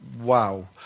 wow